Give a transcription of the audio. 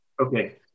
Okay